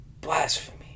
Blasphemy